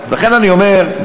לכן אני אומר,